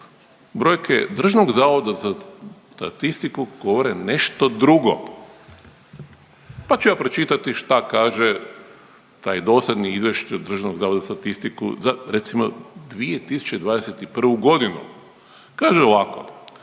brojke Državnog zavoda za statistiku govore nešto drugo, pa ću ja pročitati šta kaže taj dosadni izvještaj Državnog zavoda za statistiku za recimo 2021. godinu. Kaže ovako